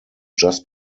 just